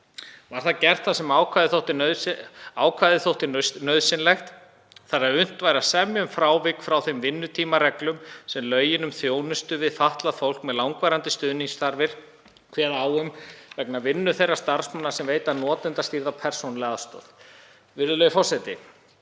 Var það gert þar sem ákvæðið þótti nauðsynlegt þannig að unnt væri að semja um frávik frá þeim vinnutímareglum sem lög um þjónustu við fatlað fólk með langvarandi stuðningsþarfir kveða á um vegna vinnu þeirra starfsmanna sem veita notendastýrða persónulega aðstoð. Virðulegi forseti.